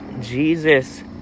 jesus